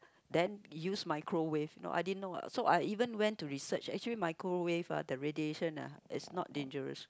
then use microwave no I didn't know uh so I even went to research actually microwave ah the radiation ah is not dangerous